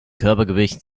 körpergewicht